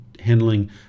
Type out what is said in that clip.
handling